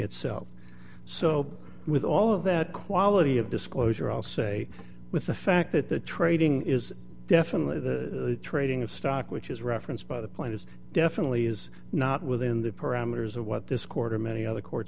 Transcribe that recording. itself so with all of that quality of disclosure i'll say with the fact that the trading is definitely the trading of stock which is referenced by the plan is definitely is not within the parameters of what this quarter many of the court